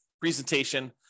presentation